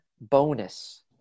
Bonus